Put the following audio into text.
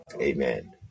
Amen